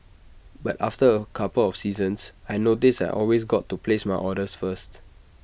but after A couple of seasons I noticed I always got to place my orders first